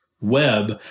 web